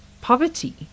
poverty